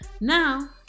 Now